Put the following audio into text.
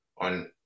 on